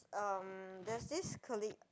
um there's this colleague